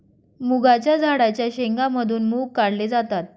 मुगाच्या झाडाच्या शेंगा मधून मुग काढले जातात